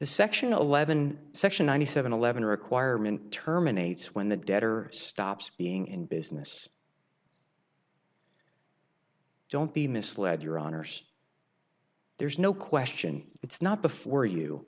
the section eleven section ninety seven eleven requirement terminates when the debtor stops being in business don't be misled your honour's there's no question it's not before you